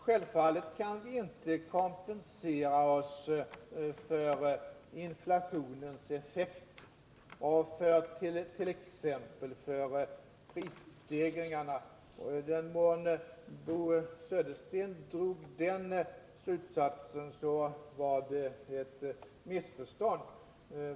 Självfallet kan vi inte till fullo kompensera oss för inflationens effekter och fört.ex. prisstegringarna. I den mån Bo Södersten drog den slutsatsen så var det ett missförstånd.